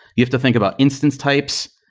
you have to think about instance types.